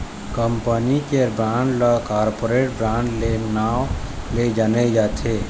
company के bond ल corporate bond के नांव ले जाने जाथे